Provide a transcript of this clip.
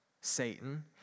Satan